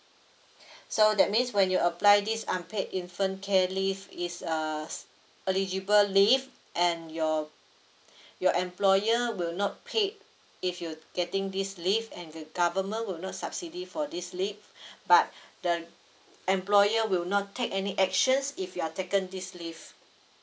so that means when you apply this unpaid infant care leave is uh eligible leave and your your employer will not paid if you getting this leave and the government will not subsidy for this leave but the employer will not take any actions if you are taken this leave